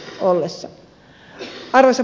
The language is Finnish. arvoisa puhemies